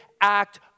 act